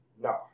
No